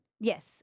Yes